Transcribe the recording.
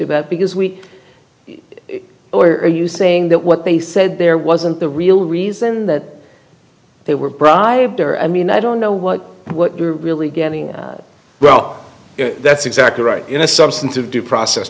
about because we are you saying that what they said there wasn't the real reason that they were bribed or i mean i don't know what what you're really getting well that's exactly right in a substantive due process